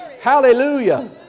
Hallelujah